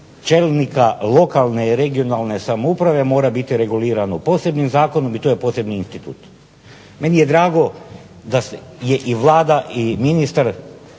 čelnika lokalne i regionalne samouprave mora biti reguliran posebnim zakonom i to je posebni institut. Meni je drago da je i Vlada i ministar